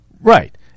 Right